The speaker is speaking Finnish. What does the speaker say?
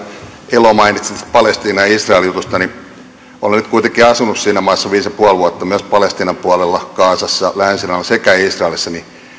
elo mainitsivat tästä palestiina ja israel jutusta olen nyt kuitenkin asunut siinä maassa viisi ja puoli vuotta myös palestiinan puolella gazassa ja länsirannalla sekä israelissa että